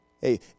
Hey